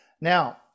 now